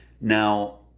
Now